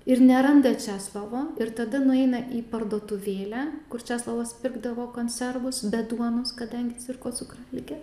ir neranda česlovo ir tada nueina į parduotuvėlę kur česlovas pirkdavo konservus be duonos kadangi sirgo cukralige